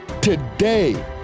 today